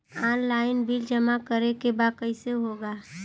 Online bill जमा करे के बा कईसे होगा?